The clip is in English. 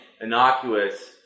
innocuous